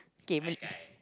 okay made